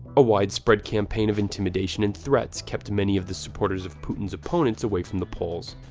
a widespread campaign of intimidation and threats kept many of the supporters of putin's opponents away from the polls.